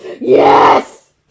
Yes